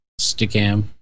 stickam